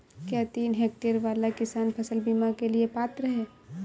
क्या तीन हेक्टेयर वाला किसान फसल बीमा के लिए पात्र हैं?